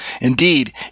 indeed